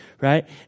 right